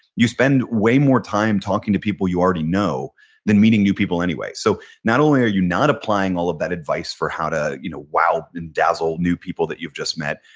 you spend way more time talking to people you already know than meeting new people anyway. so not only are you not applying all of that advice for how to you know wow and dazzle new people that you've just met,